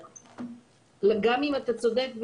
גם אם אתה צודק,